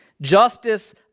Justice